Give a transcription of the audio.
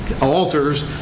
altars